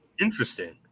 Interesting